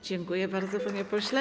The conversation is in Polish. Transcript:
Dziękuję bardzo, panie pośle.